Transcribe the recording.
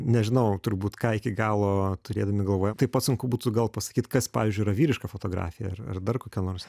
nežinau turbūt ką iki galo turėdami galvoje taip pat sunku būtų gal pasakyt kas pavyzdžiui yra vyriška fotografija ar ar dar kokia nors